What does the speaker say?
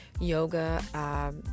yoga